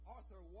Arthur